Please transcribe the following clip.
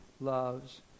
loves